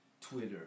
Twitter